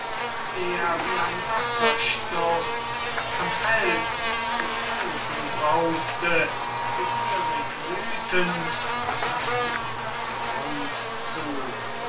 der wie ein wassersturz von fels zu felsen braus'te begierig wüthend nach dem abgrund zu